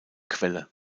quelle